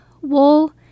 wool